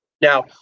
Now